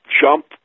jump